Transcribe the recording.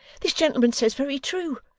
this gentleman says very true.